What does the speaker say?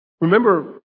Remember